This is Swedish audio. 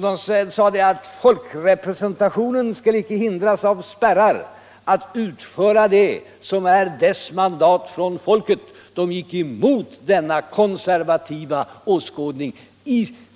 De sade att folkrepresentationen icke av spärrar skulle hindras att utföra det som är dess mandat från folket. De gick emot denna konservativa åskådning,